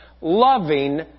loving